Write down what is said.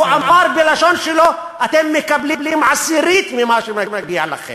הוא אמר בלשון שלו: אתם מקבלים עשירית ממה שמגיע לכם.